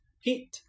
heat